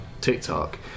TikTok